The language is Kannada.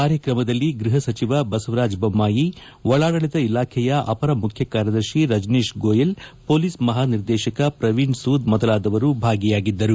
ಕಾರ್ಯಕ್ರಮದಲ್ಲಿ ಗೃಪಸಚಿವ ಬಸವರಾಜ್ ಬೊಮ್ಮಾಯಿ ಒಳಾಡಳಿತ ಇಲಾಖೆಯ ಆಪರ ಮುಖ್ಕಕಾರ್ಯದರ್ಶಿ ರಜನೀಶ್ ಗೋಯಲ್ ಮೊಲೀಸ್ ಮಹಾನಿರ್ದೇಶಕ ಪ್ರವೀಣ್ ಸೂದ್ ಮೊದಲಾದವರು ಭಾಗಿಯಾಗಿದ್ದರು